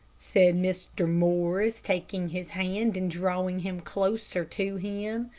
said mr. morris, taking his hand and drawing him closer to him.